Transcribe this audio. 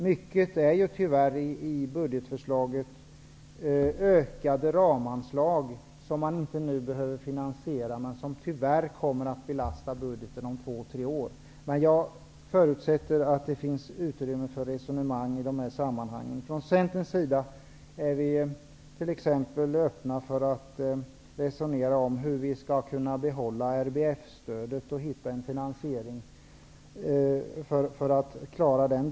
Mycket i Socialdemokraternas budgetförslag innebär ökade anslag som nu inte behöver finansieras men som tyvärr kommer att belasta budgeten om två tre år. Jag förutsätter emellertid att det finns utrymme för resonemang i dessa sammanhang. Från Centern är vi öppna för att resonera t.ex. om hur vi skall kunna behålla RBF-stödet och hur vi skall finansiera det.